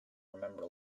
remember